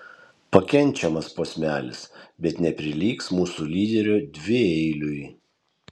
pakenčiamas posmelis bet neprilygs mūsų lyderio dvieiliui